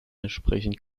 entsprechend